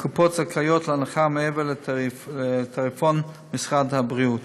הקופות זכאיות להנחה מעבר לתעריפון משרד הבריאות.